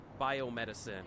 biomedicine